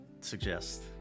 suggest